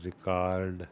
record